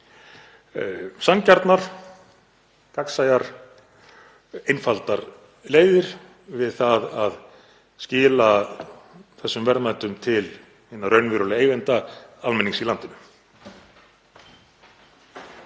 Sanngjarnar, gagnsæjar og einfaldar leiðir við að skila þessum verðmætum til hins raunverulega eiganda: Almennings í landinu.